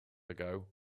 ago